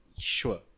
Sure